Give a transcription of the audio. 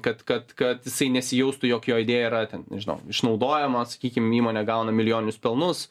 kad kad kad jisai nesijaustų jog jo idėja yra ten nežinau išnaudojama sakykim įmonė gauna milijoninius pelnus